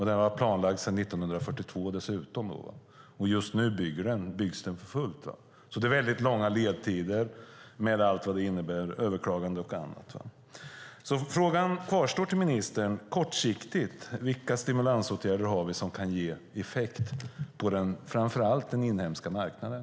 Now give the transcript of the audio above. Den har varit planlagd sedan 1942, och just nu byggs det för fullt. Det är alltså väldigt långa ledtider med överklaganden och allt vad det innebär. Frågan kvarstår till ministern: Vilka stimulansåtgärder på kort sikt har ni som kan ge effekt på framför allt den inhemska marknaden?